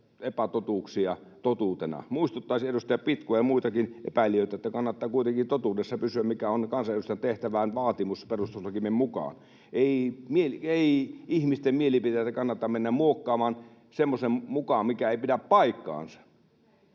epätotuuksia totuutena. Muistuttaisin edustaja Pitkoa ja muitakin epäilijöitä, että kannattaa kuitenkin totuudessa pysyä, mikä on vaatimus kansanedustajan tehtävään peruslakimme mukaan. Ei, ei ihmisten mielipiteitä kannata mennä muokkaamaan semmoisen mukaan, mikä ei pidä paikkaansa.